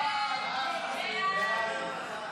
סעיף 2 נתקבל.